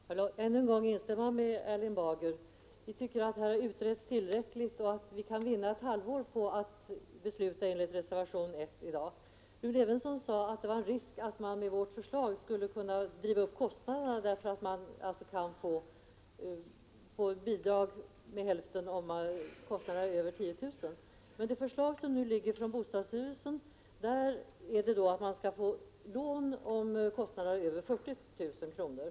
Herr talman! Låt mig än en gång instämma med Erling Bager. Vi tycker att det har utretts tillräckligt. Vi kan vinna ett halvår i tid genom att i dag besluta enligt reservation 1. Rune Evensson sade att det med vårt förslag fanns en risk för att kostnaderna kunde drivas upp därigenom att man kunde få bidrag till hälften av kostnaderna över 10 000 kr. Men det förslag från bostadsstyrelsen som nu föreligger innebär att man skall få lån till kostnaden över 40 000 kr.